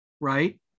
right